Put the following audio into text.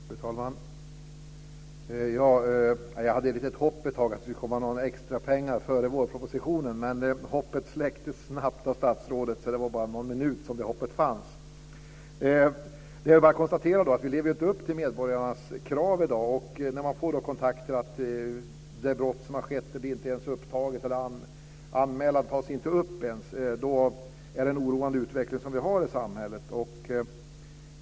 Fru talman! Jag hade ett litet hopp ett tag om att det skulle komma några extrapengar före vårpropositionen, men hoppet släcktes snabbt av statsrådet. Det var bara någon minut som det hoppet fanns. Det är bara att konstatera att vi inte lever upp till medborgarnas krav i dag. När man får höra att en anmälan om ett brott som har skett inte ens tas upp är det en oroande utveckling som vi har i samhället.